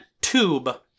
tube